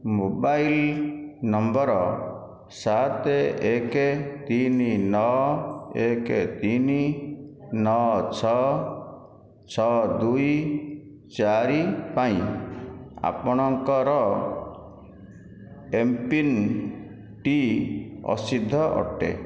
mobile number ସାତ ଏକ ତିନି ନଅ ଏକ ତିନି ନଅ ଛଅ ଛଅ ଦୁଇ ଚାରି ପାଇଁ ଆପଣଙ୍କର ଏମ୍ପିନ୍ଟି ଅସିଦ୍ଧ ଅଟେ